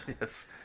Yes